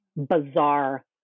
bizarre